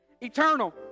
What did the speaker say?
eternal